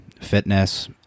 fitness